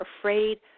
afraid